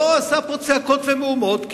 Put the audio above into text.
לא עשה פה צעקות ומהומות,